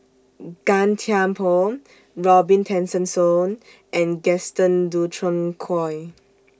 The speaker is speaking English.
Gan Thiam Poh Robin Tessensohn and Gaston Dutronquoy